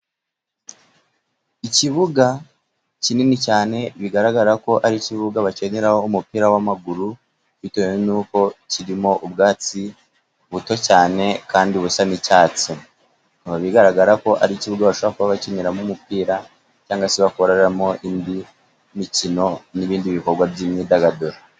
Ikibuga kinini cyane bigaragara ko ari ikibuga bakiniraho umupira w'amaguru, bitewe n'uko kirimo ubwatsi buto cyane, kandi busa n'icyatsi. Bikaba bigaragara ko ari ikibuga bashobora kuba bakiniramo umupira, cyangwa se bakoreramo indi mikino n'ibindi bikorwa by'imyidagaduro.